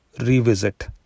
revisit